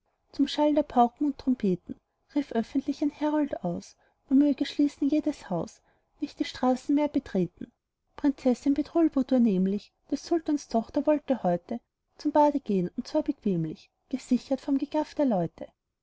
zum schall von pauken und trompeten rief öffentlich ein herold aus man möge schließen jedes haus und nicht die straße mehr betreten prinzessin bedrulbudur nämlich des sultans tochter wolle heute zum bade gehn und zwar bequemlich gesichert vorm gegaff der leute